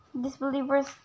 disbelievers